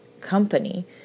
company